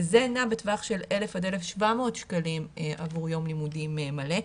שזה נע בטווח של 1,000 עד 1,700 שקלים עבור יום לימודים מלא,